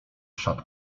szat